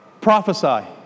prophesy